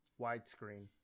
widescreen